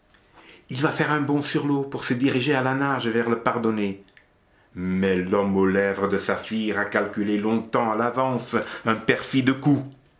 il va faire un bond sur l'eau pour se diriger à la nage vers le pardonné mais l'homme aux lèvres de saphir a calculé longtemps à l'avance un perfide coup